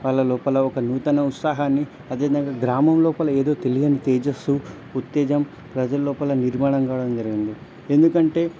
వాళ్ళ లోపల ఒక నూతన ఉత్సాహాన్ని అదేవిధంగా గ్రామంలోపల ఏదో తెలియని తేజస్సు ఉత్తేజం ప్రజల్లోపల నిర్మాణం కావడం జరిగింది ఎందుకంటే